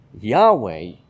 Yahweh